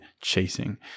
chasing